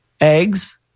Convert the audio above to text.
eggs